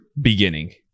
beginning